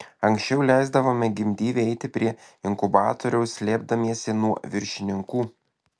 anksčiau leisdavome gimdyvei eiti prie inkubatoriaus slėpdamiesi nuo viršininkų